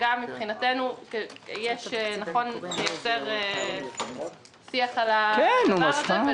גם מבחינתנו יש יותר שיח על הדבר הזה,